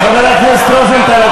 חבר הכנסת רוזנטל,